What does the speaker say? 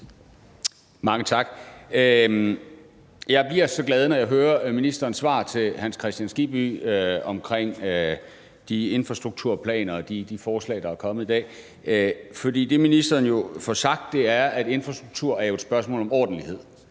Mange tak. Jeg bliver så glad, når jeg hører ministerens svar til Hans Kristian Skibby om de infrastrukturplaner og de forslag, der er kommet i dag, for det, ministeren jo får sagt, er, at infrastruktur er et spørgsmål om ordentlighed.